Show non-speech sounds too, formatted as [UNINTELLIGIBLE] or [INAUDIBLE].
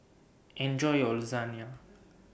Enjoy your [UNINTELLIGIBLE]